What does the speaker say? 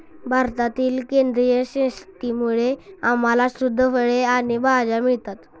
भारतातील सेंद्रिय शेतीमुळे आम्हाला शुद्ध फळे आणि भाज्या मिळतात